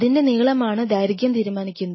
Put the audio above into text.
അതിന്ടെ നീളമാണ് ദൈർഘ്യം തീരുമാനിക്കുന്നത്